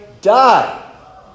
die